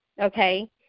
okay